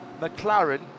McLaren